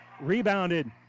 rebounded